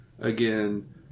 again